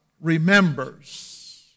remembers